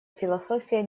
философия